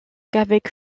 qu’avec